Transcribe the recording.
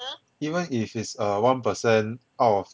even if is a one percent out of